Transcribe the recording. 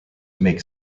make